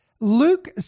Luke